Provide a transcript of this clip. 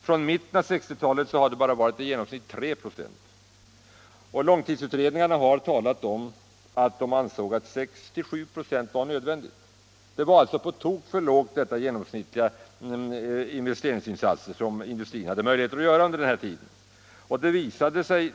Från mitten av 1960-talet har den bara varit i genomsnitt 3 96, och långtidsutredningarna har talat om att de ansåg att 6-7 96 var nödvändigt. De genomsnittliga investeringsinsatser som industrin hade möjligheter att göra under den här tiden var alltså på tok för små.